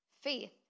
faith